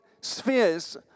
spheres